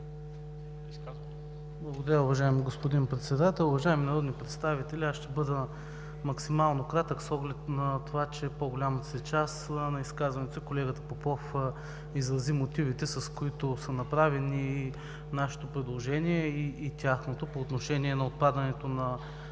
Благодаря, уважаеми господин Председател. Уважаеми народни представители, ще бъда максимално кратък, с оглед на това че в по-голямата част на изказванията си колегата Попов изрази мотивите, с които е направено нашето и тяхното предложение по отношение на отпадането на